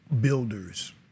builders